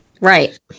Right